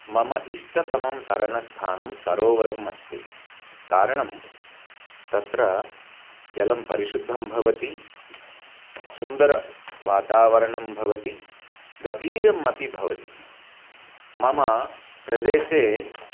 मम इष्टतमं तरणस्थानं सरोवरम् अस्ति कारणं तत्र जलं परिशुद्धं भवति सुन्दरवातावरणं भवति गभीरम् अपि भवति मम प्रदेशे